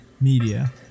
media